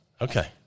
Okay